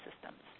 systems